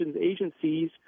agencies